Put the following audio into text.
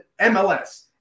MLS